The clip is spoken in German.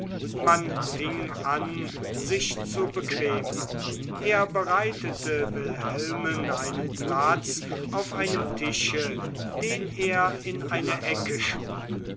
man fing an sich zu bequemen er bereitete wilhelmen einen platz auf einem tische den er in eine ecke schob